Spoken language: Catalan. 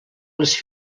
les